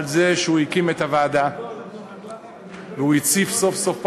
על זה שהוא הקים את הוועדה והציף סוף-סוף,